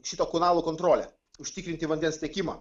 šito kanalo kontrolę užtikrinti vandens tiekimą